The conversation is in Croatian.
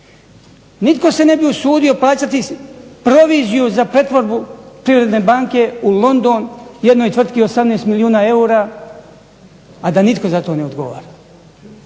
Nitko se ne bi usudio plaćati proviziju za pretvorbu Privredne banke u London jednoj tvrtki 18 milijuna eura, a da nitko za to ne odgovara.